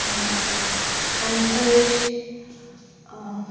अंकूश